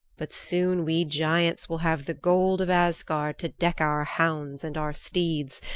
but soon we giants will have the gold of asgard to deck our hounds and our steeds,